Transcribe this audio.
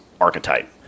archetype